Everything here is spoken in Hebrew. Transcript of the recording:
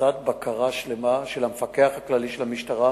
מתבצעת בקרה שלמה של המפקח הכללי של המשטרה,